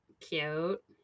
Cute